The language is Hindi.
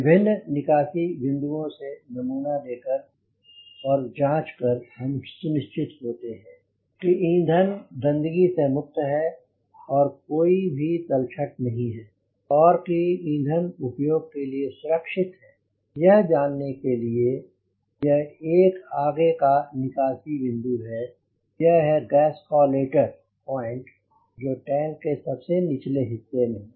विभिन्न निकासी बिंदुओं से नमूना लेकर और जांच कर हम सुनिश्चित होते हैं कि ईंधन गन्दगी से मुक्त है और कोई भी तलछट नहीं है और कि ईंधन उपयोग के लिए सुरक्षित है यह जानने के लिए यह एक आगे का निकासी बिंदु है यह है गैसकॉलेटर पॉइंट जो टैंक के सबसे निचले हिस्से में है